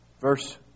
Verse